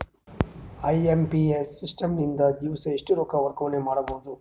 IMPS system ನಿಂದ ದಿವಸಾ ಎಷ್ಟ ರೊಕ್ಕ ವರ್ಗಾವಣೆ ಮಾಡಬಹುದು?